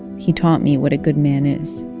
he taught me what a good man is